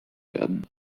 werden